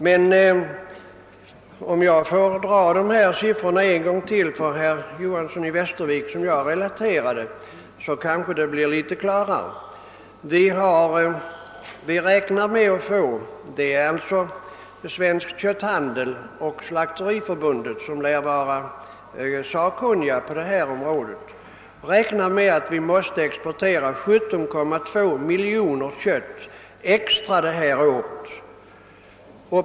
Om jag får dra de siffror en gång till som jag relaterade för herr Johanson i Västervik, blir det kanske litet klarare. Man räknar med — Svensk kötthandel och Slakteriförbundet lär vara de sakkunniga på detta område — att behöva exportera 17,2 miljoner kilo kött extra detta år.